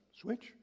switch